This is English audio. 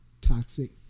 toxic